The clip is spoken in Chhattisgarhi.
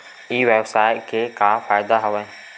ई व्यवसाय के का का फ़ायदा हवय?